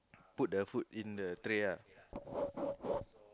put the food in the tray ah